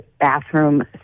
bathroom